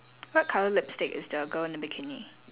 what colour lipstick is the girl in the bikini